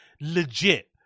legit